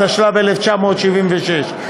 התשל"ו 1976,